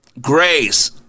grace